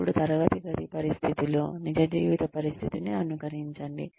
అప్పుడు తరగతి గది పరిస్థితిలో నిజ జీవిత పరిస్థితిని అనుకరించండి